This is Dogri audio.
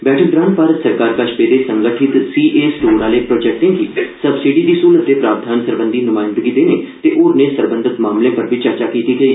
बैठक दौरान भारत सरकार कश पेदे संगठित सी ए स्टोर आहले प्रोजेक्टे गी सब्सिडी दी स्हलत दे प्रावधान सरबंधी न्माइंदगी देने ते होरने सरबंधत मामलें धर बी चर्चा कीती गेई